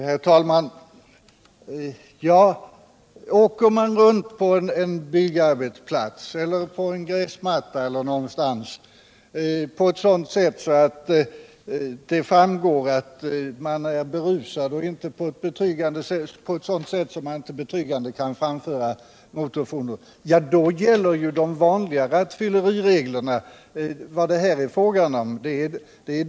Herr talman! Om man åker omkring på t.ex. en byggarbetsplats eller en gräsmatta på ett sådant sätt att det framgår att man är berusad och inte på ett betryggande sätt kan framföra motorfordonet gäller ju de vanliga rattfyllerireglerna.